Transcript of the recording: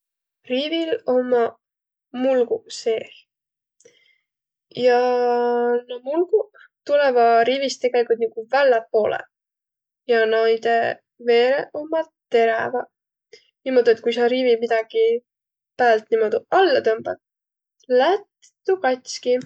Riivil ommaq mulguq seeh. Jaa nuuq mulguq tulõva riivist tegeligult niguq välläpoolõ. Ja noidõ veereq ommaq teräväq. Niimodu, et kui sa riivit midägi päält niimodu alla tõmbat, lätt tuu kats'ki.